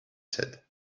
said